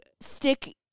stick